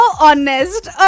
Honest